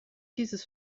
dieses